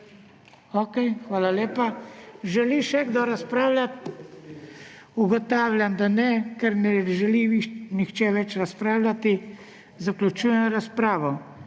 Okej, hvala lepa. Želi še kdo razpravljati? Ugotavljam, da ne. Ker ne želi nihče več razpravljati, zaključujem razpravo.